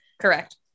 Correct